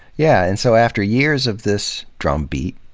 yeah and so, after years of this drumbeat,